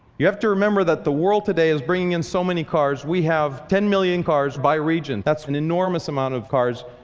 you have to remember that the world today is bringing in so many cars. we have ten million cars by region. that's an enormous amount of cars.